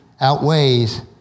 outweighs